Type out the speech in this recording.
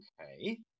Okay